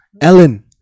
Ellen